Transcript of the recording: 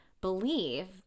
believe